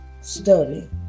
study